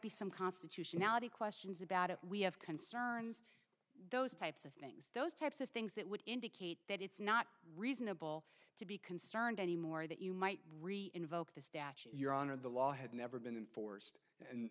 be some constitutionality questions about it we have concerns those types of things those types of things that would indicate that it's not reasonable to be concerned anymore that you might read invoke the statute your honor the law had never been forced and